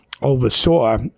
oversaw